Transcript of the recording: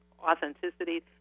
authenticity